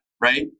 right